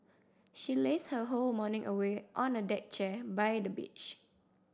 she lazed her whole morning away on a deck chair by the beach